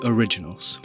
Originals